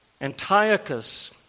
Antiochus